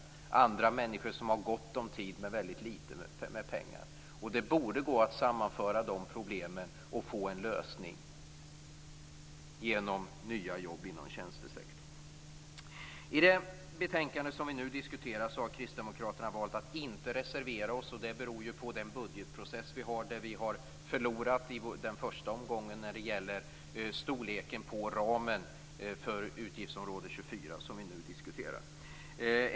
Det finns andra människor som har gott om tid men väldigt litet pengar. Det borde gå att sammanföra dem och få en lösning genom nya jobb inom tjänstesektorn. I det betänkande som vi nu diskuterar har vi kristdemokrater valt att inte reservera oss. Det beror på den budgetprocess riksdagen har. Vi har förlorat i den första omgången när det gäller storleken på ramen för utgiftsområde 24.